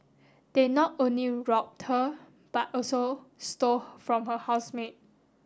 they not only robbed her but also stole from her housemate